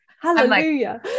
Hallelujah